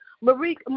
Marie